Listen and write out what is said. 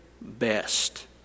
best